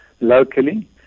locally